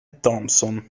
thompson